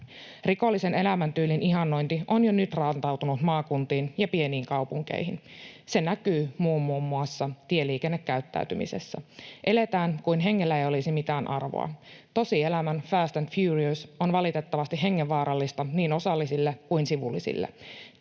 Rikollisen elämäntyylin ihannointi on jo nyt rantautunut maakuntiin ja pieniin kaupunkeihin. Se näkyy muun muassa tieliikennekäyttäytymisessä: eletään kuin hengellä ei olisi mitään arvoa. Tosielämän ”Fast and Furious” on valitettavasti hengenvaarallista niin osallisille kuin sivullisille.